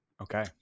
Okay